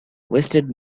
wasted